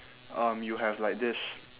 um you have like this